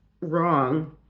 wrong